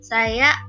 Saya